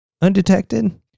undetected